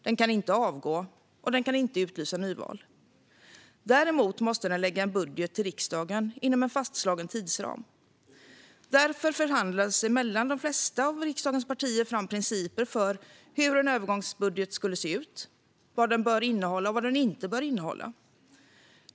Den kan inte avgå, och den kan inte utlysa nyval. Däremot måste den lägga fram en budget för riksdagen inom en fastslagen tidsram. Därför förhandlades det, mellan de flesta av riksdagens partier, fram principer för hur en övergångsbudget skulle se ut, vad den borde innehålla och vad den inte borde innehålla.